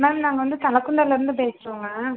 ma'am நாங்கள் வந்து தலைகுந்தாலிருந்து பேசுகிறோங்க